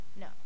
No